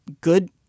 good